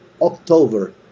October